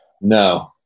No